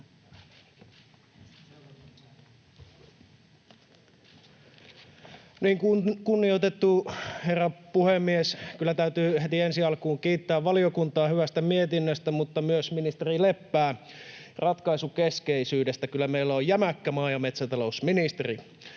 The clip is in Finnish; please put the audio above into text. Kunnioitettu herra puhemies! Kyllä täytyy heti ensi alkuun kiittää valiokuntaa hyvästä mietinnöstä, mutta myös ministeri Leppää ratkaisukeskeisyydestä. Kyllä meillä on jämäkkä maa- ja metsätalousministeri.